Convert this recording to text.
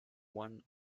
one